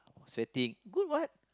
sweating good what